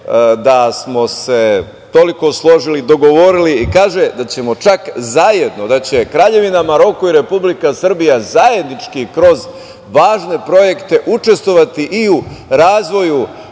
da smo se toliko složili, dogovorili i kaže da ćemo čak zajedno, da će Kraljevina Maroko i Republika Srbija zajednički, kroz važne projekte, učestvovati u razvoju